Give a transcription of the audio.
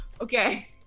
Okay